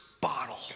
bottle